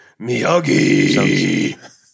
Miyagi